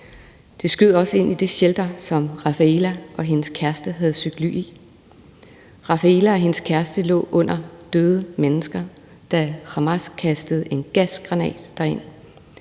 De skød også ind i det shelter, som Rafaela og hendes kæreste havde søgt ly i. Rafaela og hendes kæreste lå under døde mennesker, da Hamas kastede en gasgranat derind.